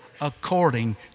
according